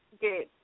Good